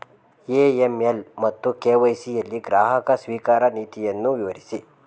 AML ಮತ್ತು KYC ಯಲ್ಲಿ ಗ್ರಾಹಕ ಸ್ವೀಕಾರ ನೀತಿಯನ್ನು ವಿವರಿಸಿ?